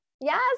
yes